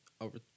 over